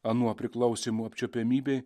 anuo priklausymu apčiuopiamybei